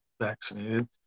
vaccinated